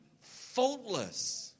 faultless